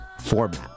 format